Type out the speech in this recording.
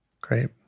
Great